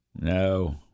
No